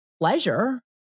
pleasure